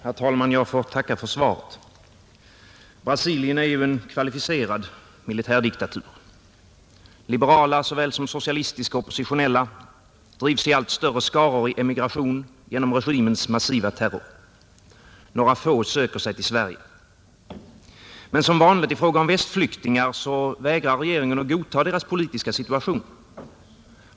Herr talman! Jag får tacka för svaret. Brasilien är en kvalificerad militärdiktatur. Liberala såväl som socialistiska oppositionella drivs i allt större skaror i emigration genom regimens massiva terror. Några få söker sig till Sverige. Men som vanligt i fråga om västflyktingar vägrar regeringen godta deras politiska situation.